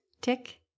tick